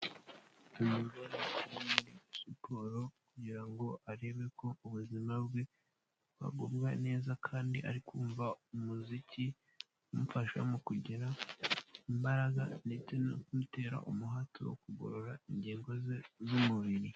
Siporo kugira ngo arebe ko ubuzima bwe bugubwa neza kandi ari kumva umuziki umufasha mu kugira imbaraga ndetse no kumutera umuhate wo kugorora ingingo ze z'umubiri.